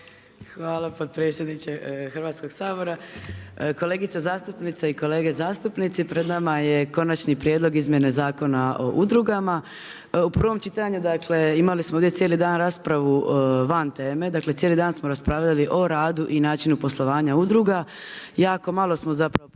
Hvala potpredsjedniče Hrvatskog sabora. Kolegice zastupnice i kolege zastupnici. Pred nama je Konačni prijedlog izmjene Zakona o udrugama. U prvom čitanju imali smo ovdje cijeli dan raspravu van teme, dakle cijeli dan smo raspravljali o radu i načinu poslovanja udruga.